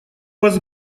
вас